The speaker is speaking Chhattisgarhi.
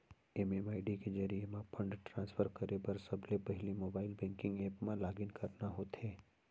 एम.एम.आई.डी के जरिये म फंड ट्रांसफर करे बर सबले पहिली मोबाइल बेंकिंग ऐप म लॉगिन करना होथे